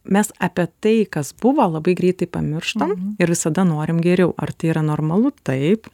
mes apie tai kas buvo labai greitai pamirštam ir visada norim geriau ar tai yra normalu taip